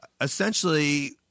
essentially